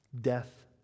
death